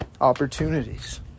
opportunities